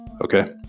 okay